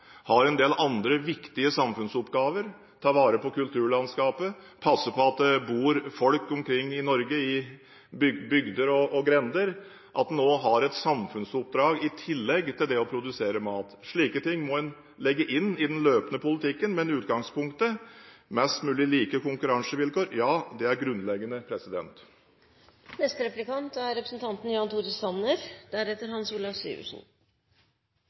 mat, en del andre viktige samfunnsoppgaver: ta vare på kulturlandskapet og passe på at det bor folk rundt omkring i Norge i bygder og grender. Landbruket har også et samfunnsoppdrag i tillegg til det å produsere mat. Slike ting må en legge inn i den løpende politikken, men utgangspunktet er mest mulig like konkurransevilkår. Ja, det er grunnleggende.